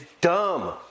dumb